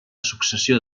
successió